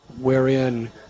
wherein